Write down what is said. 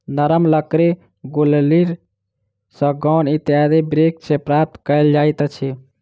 नरम लकड़ी गुल्लरि, सागौन इत्यादि वृक्ष सॅ प्राप्त कयल जाइत अछि